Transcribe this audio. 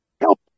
help